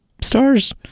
stars